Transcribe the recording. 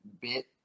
bit